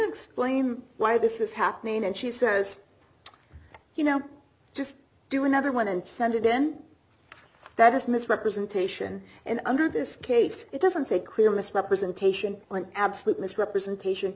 explain why this is happening and she says you know just do another one and send it then that is misrepresentation and under this case it doesn't say a clear misrepresentation when absolute misrepresentation